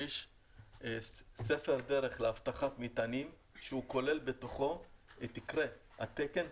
שיש ספר דרך לאבטחת מטענים שהוא כולל בתוכו את עיקרי התקן.